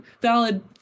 valid